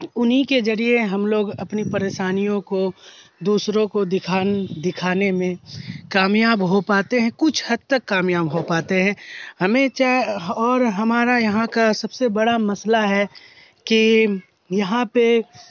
انہیں کے ذریعے ہم لوگ اپنی پریشانیوں کو دوسروں کو دکھانے میں کامیاب ہو پاتے ہیں کچھ حد تک کامیاب ہو پاتے ہیں ہمیں چاہے اور ہمارا یہاں کا سب سے بڑا مسئلہ ہے کہ یہاں پہ